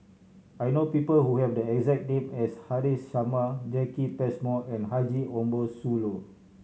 I know people who have the exact name as Haresh Sharma Jacki Passmore and Haji Ambo Sooloh